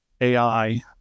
AI